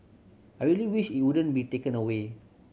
I really wish it wouldn't be taken away